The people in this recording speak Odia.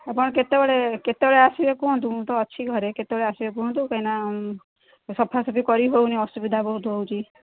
ଆପଣ କେତେବେଳେ କେତେବେଳେ ଆସିବେ କୁହନ୍ତୁ ମୁଁ ତ ଅଛି ଘରେ କେତେବେଳେ ଆସିବେ କୁହନ୍ତୁ କାହିଁକିନା ସଫାସଫି କରି ହଉନି ଅସୁବିଧା ବହୁତ ହେଉଛି